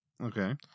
Okay